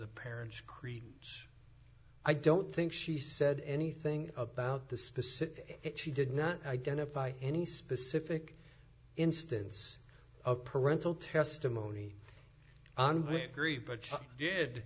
the parents creeds i don't think she said anything about the specific it she did not identify any specific instance of parental testimony but did